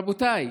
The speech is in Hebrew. רבותיי,